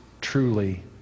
truly